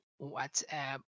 whatsapp